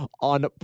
on